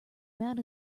amount